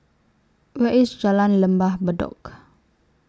Where IS Jalan Lembah Bedok